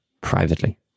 privately